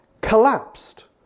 collapsed